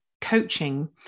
coaching